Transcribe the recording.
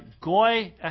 Goy